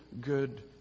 good